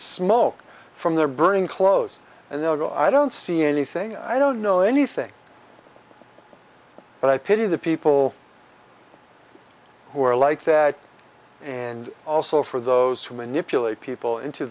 smoke from their burning clothes and they'll go i don't see anything i don't know anything but i pity the people who are like that and also for those who manipulate people into